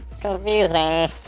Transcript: confusing